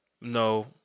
no